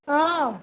অঁ